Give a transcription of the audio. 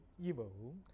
evil